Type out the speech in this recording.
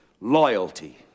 loyalty